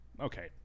Okay